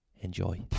enjoy